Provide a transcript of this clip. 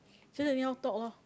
just anyhow talk lor